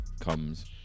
comes